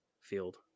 field